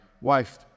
wife